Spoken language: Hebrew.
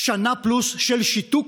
לאחר שנה פלוס של שיתוק,